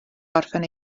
orffen